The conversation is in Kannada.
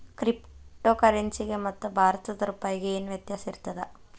ಕ್ರಿಪ್ಟೊ ಕರೆನ್ಸಿಗೆ ಮತ್ತ ಭಾರತದ್ ರೂಪಾಯಿಗೆ ಏನ್ ವ್ಯತ್ಯಾಸಿರ್ತದ?